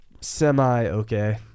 semi-okay